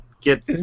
get